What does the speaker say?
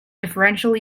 differential